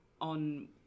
on